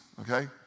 okay